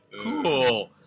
Cool